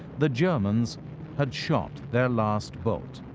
the germans had shot their last bolt.